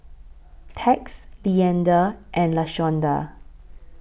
Tex Leander and Lashonda